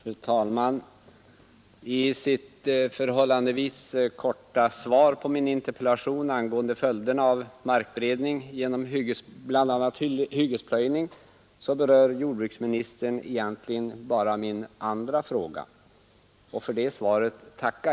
Fru talman! I sitt förhållandevis korta svar på min interpellation angående följderna av markberedning genom bl.a. hyggesplöjning berör jordbruksministern egentligen bara min andra fråga. Jag tackar för detta svar.